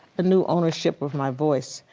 a new ownership of my voice.